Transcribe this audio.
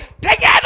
together